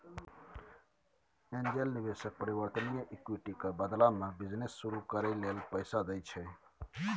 angel निवेशक परिवर्तनीय equity के बदला में बिजनेस शुरू करइ लेल पैसा दइ छै